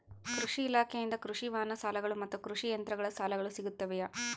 ಕೃಷಿ ಇಲಾಖೆಯಿಂದ ಕೃಷಿ ವಾಹನ ಸಾಲಗಳು ಮತ್ತು ಕೃಷಿ ಯಂತ್ರಗಳ ಸಾಲಗಳು ಸಿಗುತ್ತವೆಯೆ?